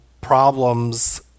problems